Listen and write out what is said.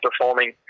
performing